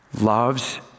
loves